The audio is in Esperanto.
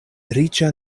riĉa